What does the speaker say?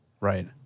Right